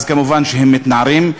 מובן שהם מתנערים.